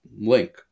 link